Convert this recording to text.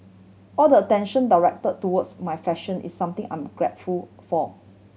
all the attention direct towards my fashion is something I'm grateful for